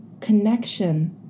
connection